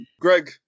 Greg